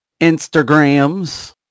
Instagrams